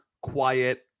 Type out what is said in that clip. quiet